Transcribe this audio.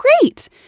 great